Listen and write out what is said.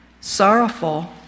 sorrowful